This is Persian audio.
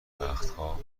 وقتها